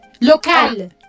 local